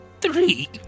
three